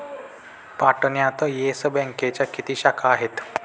पाटण्यात येस बँकेच्या किती शाखा आहेत?